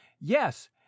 Yes